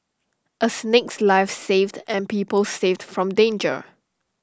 A snake's life saved and people saved from danger